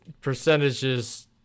percentages